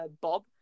bob